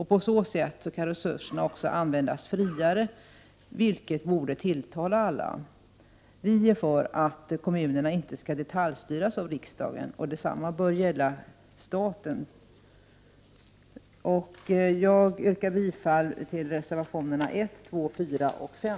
På så sätt kan resurserna användas friare, vilket borde tilltala alla. Vi är för att kommunerna inte skall detaljstyras av riksdagen, och detsamma bör gälla staten. Jag yrkar bifall till reservationerna 1, 2, 4 och 5.